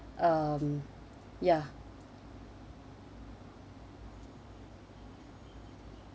um ya